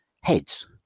heads